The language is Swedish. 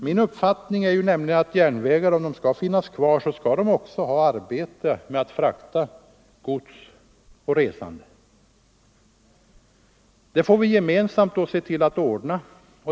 Min uppfattning är nämligen att järnvägar - om de skall finnas kvar — också skall ha arbete med att frakta gods och resande. Det får vi gemensamt se till att ordna.